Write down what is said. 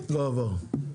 לא עבר.